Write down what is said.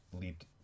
leaped